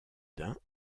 d’un